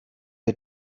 ihr